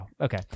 Okay